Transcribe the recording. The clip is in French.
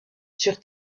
sur